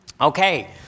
Okay